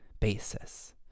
basis